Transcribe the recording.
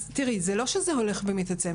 תיראי, זה לא שזה הולך ומתעצם.